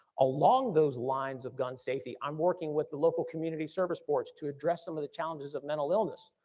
along those lines of gun safety, i'm working with the local community service boards to address some of the challenges of mental illness.